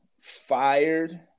fired